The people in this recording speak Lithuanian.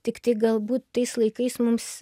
tik tai galbūt tais laikais mums